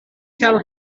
tell